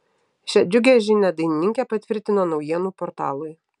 šią džiugią žinią dainininkė patvirtino naujienų portalui